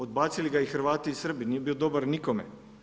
Odbacili ga i Hrvati i Srbi, nije bio dobar nikome.